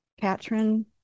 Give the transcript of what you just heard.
Katrin